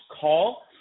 call